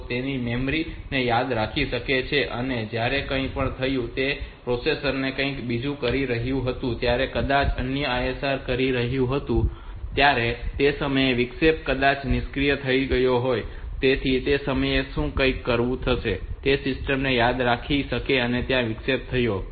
તેથી મેમરી તેને યાદ રાખી શકે છે કે ત્યાં કંઈક થયું છે તેથી જ્યારે પ્રોસેસર કંઈક બીજું કરી રહ્યું હતું ત્યારે કદાચ અન્ય ISR કરી રહ્યું હતું ત્યારે તે સમયે વિક્ષેપ કદાચ નિષ્ક્રિય થઈ ગયો હતો તેથી તે સમયે કંઈક થયું છે અને શું સિસ્ટમ એ યાદ રાખી શકે છે કે ત્યાં વિક્ષેપ થયો છે